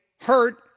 hurt